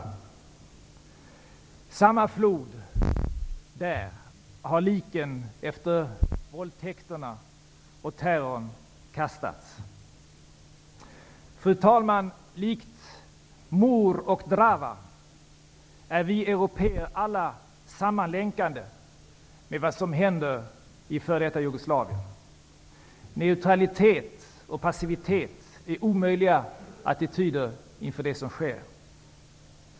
I samma flod har liken efter våldtäkterna och terrorn kastats. Fru talman! Likt Mur och Drava är vi européer alla sammanlänkade med vad som händer i det f.d. Jugoslavien. Neutralitet och passivitet är omöjliga attityder inför det som sker.